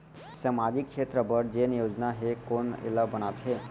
सामाजिक क्षेत्र बर जेन योजना हे कोन एला बनाथे?